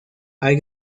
hay